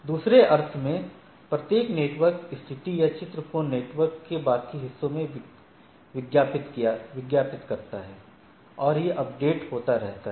दूसरे अर्थ में प्रत्येक राउटर नेटवर्क स्थिति या चित्र को नेटवर्क के बाकी हिस्सों में विज्ञापित करता है और यह अपडेट होता रहता है